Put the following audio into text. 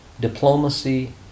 diplomacy